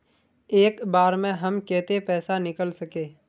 एक बार में हम केते पैसा निकल सके?